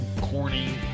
corny